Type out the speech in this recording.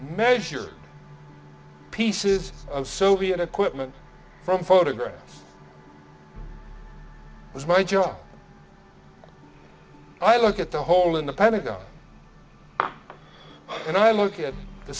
measure pieces of soviet equipment from photographs was my job i look at the hole in the pentagon and i look at the